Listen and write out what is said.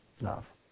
love